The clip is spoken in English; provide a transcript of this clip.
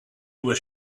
was